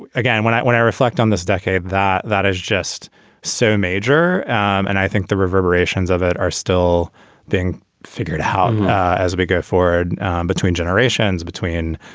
again, when i when i reflect on this decade, that that is just so major. and i think the reverberations of it are still being figured out as we go forward between generations, between,